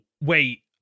wait